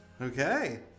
Okay